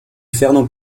fernand